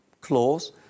clause